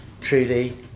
Trudy